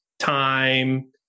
time